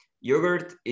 Yogurt